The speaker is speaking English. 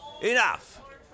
Enough